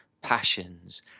passions